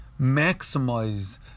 maximize